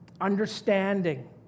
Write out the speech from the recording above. understanding